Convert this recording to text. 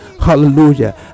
Hallelujah